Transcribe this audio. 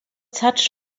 such